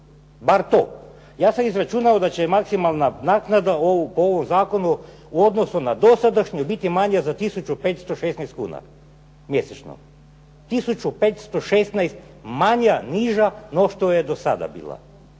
Bar to. Ja sam izračunao da će maksimalna naknada u ovom zakonu u odnosu na dosadašnju biti manja za tisuću 516 kuna mjesečno. Tisuću 516 manja, niža no što je do sada bila.